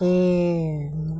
కే